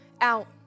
out